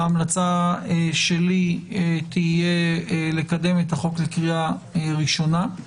ההמלצה שלי תהיה לקדם את החוק לקריאה ראשונה.